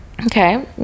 Okay